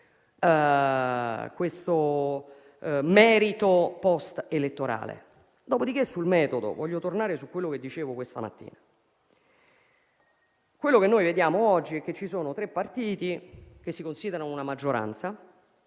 questo merito postelettorale. Dopodiché, sul metodo voglio tornare su quello che dicevo questa mattina. Oggi vediamo tre partiti che si considerano una maggioranza